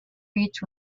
beach